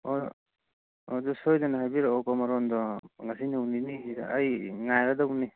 ꯍꯣꯏ ꯍꯣꯏ ꯑꯗꯨ ꯁꯣꯏꯗꯅ ꯍꯥꯏꯕꯤꯔꯛꯑꯣꯀꯣ ꯃꯔꯣꯟꯗꯣ ꯉꯁꯤ ꯅꯣꯡ ꯅꯤꯅꯤꯁꯤꯗ ꯑꯩ ꯉꯥꯏꯔꯗꯧꯅꯤ